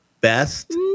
best